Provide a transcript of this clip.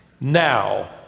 now